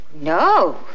No